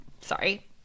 Sorry